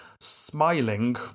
smiling